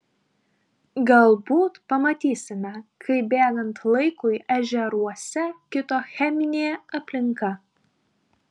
galbūt pamatysime kaip bėgant laikui ežeruose kito cheminė aplinka